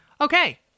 okay